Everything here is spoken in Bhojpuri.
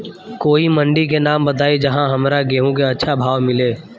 कोई मंडी के नाम बताई जहां हमरा गेहूं के अच्छा भाव मिले?